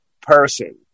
person